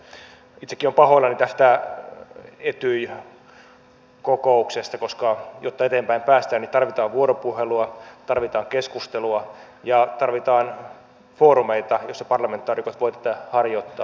itsekin olen pahoillani tästä etyj kokouksesta koska jotta eteenpäin päästään tarvitaan vuoropuhelua tarvitaan keskustelua ja tarvitaan foorumeita joissa parlamentaarikot voivat tätä harjoittaa